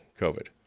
COVID